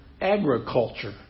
agriculture